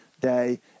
day